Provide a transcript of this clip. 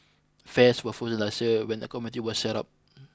fares were frozen last year when the committee was set up